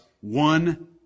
one